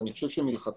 אני חושב שמלכתחילה